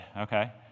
okay